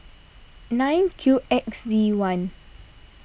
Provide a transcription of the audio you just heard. nine Q X D one